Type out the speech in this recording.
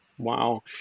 Wow